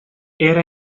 era